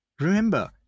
remember